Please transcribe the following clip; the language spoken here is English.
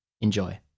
Enjoy